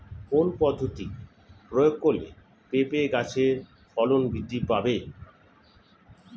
কোন পদ্ধতি প্রয়োগ করলে পেঁপে গাছের ফলন বৃদ্ধি পাবে?